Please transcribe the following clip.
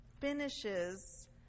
finishes